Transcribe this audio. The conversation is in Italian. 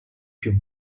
più